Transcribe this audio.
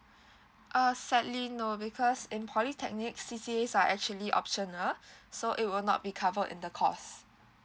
uh sadly no because in polytechnic C_C_A are actually optional so it will not be covered in the course